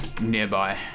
nearby